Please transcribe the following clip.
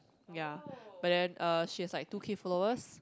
ya but then uh she has like two K followers